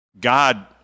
God